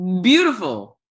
beautiful